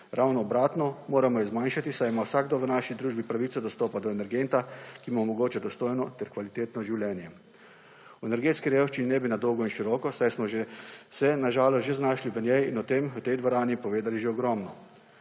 Ravno obratno, moramo jo zmanjšati, saj ima vsakdo v naši družbi pravico dostopa do energenta, ki mu omogoča dostojno ter kvalitetno življenje. O energetski revščini ne bi na dolgo in široko, saj smo se na žalost že znašli v njej in o tem v tej dvorani povedali že ogromno.